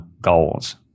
goals